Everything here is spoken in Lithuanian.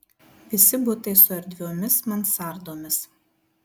visi butai su erdviomis mansardomis